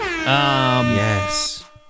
Yes